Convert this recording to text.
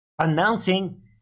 Announcing